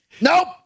Nope